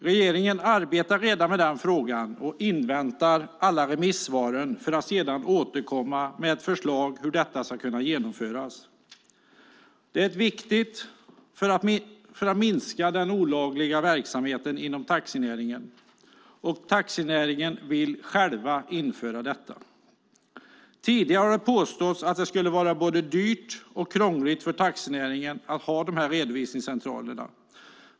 Regeringen arbetar redan med frågan och inväntar alla remissvaren för att sedan återkomma med ett förslag på hur detta kan genomföras. Det är viktigt för att minska den olagliga verksamheten inom taxinäringen, och taxinäringen vill själv införa redovisningscentraler. Tidigare har det påståtts att det skulle vara både dyrt och krångligt för taxinäringen med dessa redovisningscentraler.